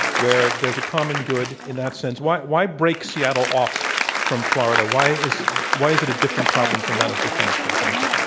where there's a common good in that sense? why why break seattle off from florida? why is why is it a different problem from that of defense, for example?